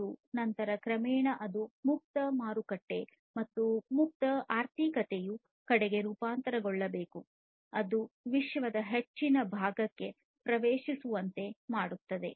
ಮತ್ತು ನಂತರ ಕ್ರಮೇಣ ಅದು ಮುಕ್ತ ಮಾರುಕಟ್ಟೆ ಮತ್ತು ಮುಕ್ತ ಆರ್ಥಿಕತೆಯು ಕಡೆಗೆ ರೂಪಾಂತರಗೊಳ್ಳಬೇಕು ಅದು ವಿಶ್ವದ ಹೆಚ್ಚಿನ ಭಾಗಕ್ಕೆ ಪ್ರವೇಶಿಸುವಂತೆ ಮಾಡುತ್ತದೆ